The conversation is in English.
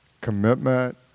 commitment